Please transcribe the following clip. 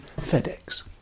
FedEx